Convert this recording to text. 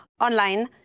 online